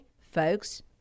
folks